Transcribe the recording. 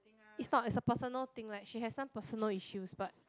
it's not it's a personal thing like she has some personal issues but